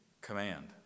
command